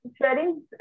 sharing